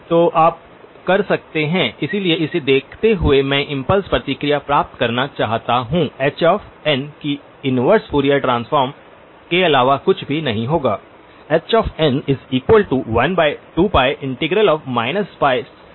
तो आप कर सकते हैं इसलिए इसे देखते हुए मैं इम्पल्स प्रतिक्रिया प्राप्त करना चाहता हूँ hn कि इनवर्स फूरियर ट्रांसफॉर्म के अलावा कुछ भी नहीं होगा